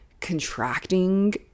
Contracting